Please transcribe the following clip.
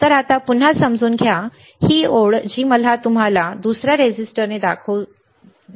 तर आता पुन्हा समजून घ्या ही ओळ जी मला ती तुम्हाला दुसऱ्या रेझिस्टरने दाखवू देते